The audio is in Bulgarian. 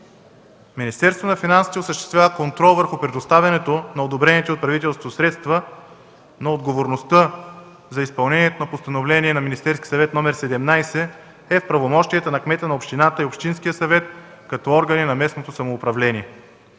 Министерството на финансите осъществява контрол върху предоставянето на одобрените от правителството средства, но отговорността за изпълнението на Постановление № 17 на Министерския съвет, е в правомощията на кмета на общината и общинския съвет като органи на местното самоуправление.